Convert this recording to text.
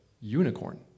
unicorn